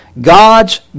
God's